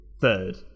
third